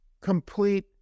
complete